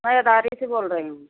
मैं दारी से बोल रही हूँ